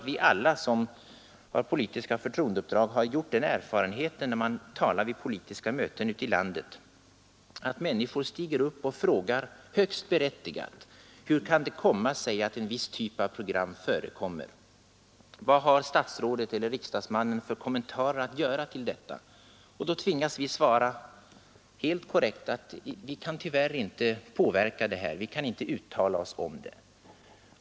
Vi alla som har politiska förtroendeuppdrag har nog gjort den erfarenheten när vi talar vid politiska möten ute i landet, att människor stiger upp och, högst berättigat, frågar hur det kan komma sig att en viss typ av program förekommer och vill veta vad statsrådet, eller riksdagsmannen, har för kommentarer att göra till detta. Då tvingas vi svara, i och för sig korrekt, att vi inte kan påverka det här, att vi inte kan uttala oss om det.